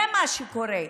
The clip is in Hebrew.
זה מה שקורה.